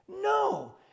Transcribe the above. No